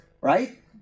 right